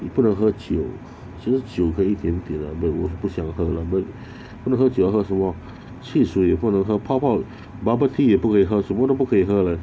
你不能喝酒其实酒可以一点点啦 but 我不想喝啦 but 没有喝酒要喝什么汽水也不能喝泡泡 bubble tea 也不可以喝什么都不可以喝 leh